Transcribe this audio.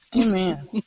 Amen